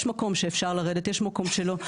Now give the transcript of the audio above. יש מקום שאפשר לרדת, יש מקום שלא.